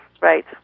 Right